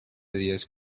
diez